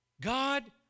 God